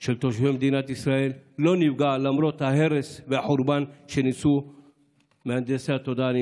של תושבי מדינת ישראל לא נפגע למרות ההרס והחורבן שניסו מהנדסי התודעה,